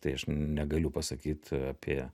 tai aš negaliu pasakyt apie